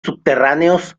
subterráneos